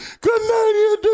Canadian